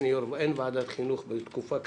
אין ועדת חינוך בתקופה כזו,